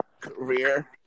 career